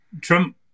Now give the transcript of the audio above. Trump